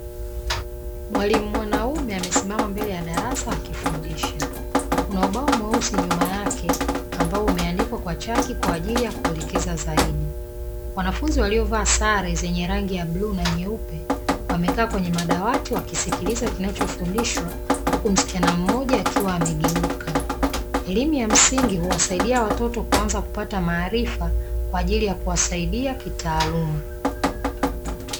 Mwalimu mwanaume amesimama mbele ya darasa akifundisha kuna ubao mweusi nyuma yake ambao umeandikwa kwa chaki kwajili ya kuelekeza zaidi, wanafunzi waliovaa sare zenye rangi ya bluu na nyeupe wamekaa kwenye madawati wakisikiliza kinachofundishwa huku msichana mmoja akiwa amegeuka. Elimu ya msingi huwasaidia watoto kuanza kupata maarifa kwajili ya kuwasaidia kitaaluma.